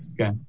Okay